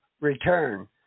Return